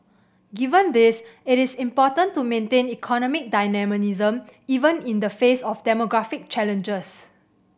given this it is important to maintain economic dynamism even in the face of demographic challenges